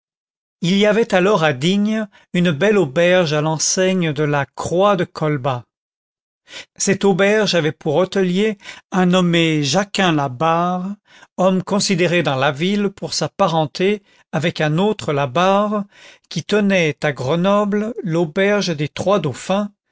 il y avait alors à digne une belle auberge à l'enseigne de la croix de colbas cette auberge avait pour hôtelier un nommé jacquin labarre homme considéré dans la ville pour sa parenté avec un autre labarre qui tenait à grenoble l'auberge des